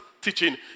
teaching